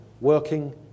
working